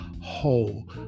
whole